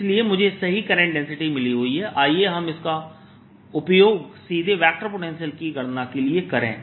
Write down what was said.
इसलिए मुझे सही करंट डेंसिटी मिली हुई है आइए हम इसका उपयोग सीधे वेक्टर पोटेंशियल की गणना के लिए करें